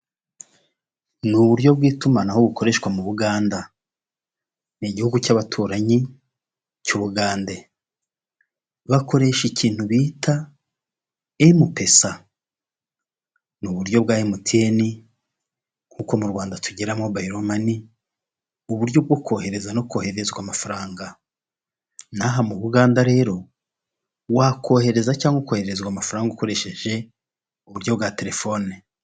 Ni uburyo bw'itumanaho bukoreshwa mu Buganda, ni igihugu cy'abaturanyi cy'u Bugande, bakoresha ikintu bita MPSA, ni uburyo bwa MTN nkuko mu Rwanda tugira mobilomani, ni uburyo bwo kohereza no koherezwa amafaranga. Na aha mu Buganda rero, wakohereza cyangwa ukoherererezwa amafaranga ukoresheje, uburyo bwa telefone.